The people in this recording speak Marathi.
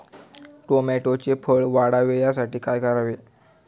टोमॅटोचे फळ वाढावे यासाठी काय करावे?